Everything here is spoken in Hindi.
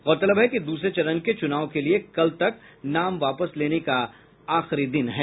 गौरतलब है कि दूसरे चरण के चुनाव के लिए कल तक नाम वापस लेने का अंतिम दिन है